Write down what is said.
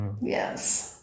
yes